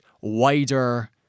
wider